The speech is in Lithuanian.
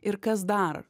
ir kas dar